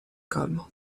calmo